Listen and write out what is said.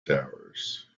towers